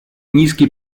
низкий